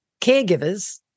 caregivers